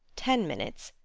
ten minutes,